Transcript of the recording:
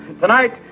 Tonight